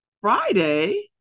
Friday